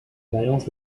balance